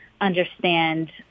understand